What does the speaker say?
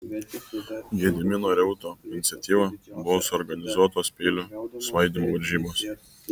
gedimino reuto iniciatyva buvo suorganizuotos peilių svaidymo varžybos